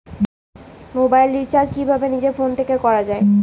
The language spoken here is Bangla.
মোবাইল রিচার্জ কিভাবে নিজের ফোন থেকে করা য়ায়?